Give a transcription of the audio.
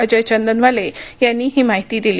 अजय चंदनवाले यांनी ही माहिती दिली